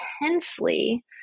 intensely